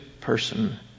person